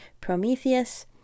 Prometheus